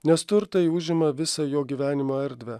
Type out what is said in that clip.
nes turtai užima visą jo gyvenimo erdvę